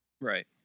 right